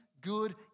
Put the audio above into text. good